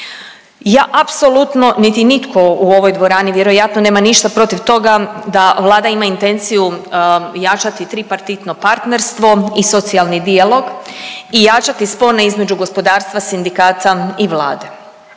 Ja apsolutno niti nitko u ovoj dvorani vjerojatno nema ništa protiv toga da Vlada ima intenciju jačati tripartitno partnerstvo i socijalni dijalog i jačati spone između gospodarstva, sindikata i Vlade.